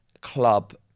club